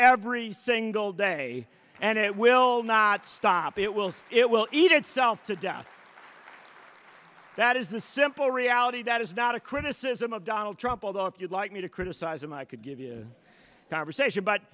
every single day and it will not stop it will it will eat itself to death that is the simple reality that is not a criticism of donald trump although if you like me to criticize him i could give you a conversation but